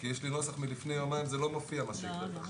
יש לי נוסח מלפני יומיים וזה לא מופיע מה